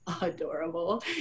adorable